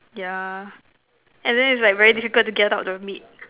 yeah and then it's like very difficult to get out the meat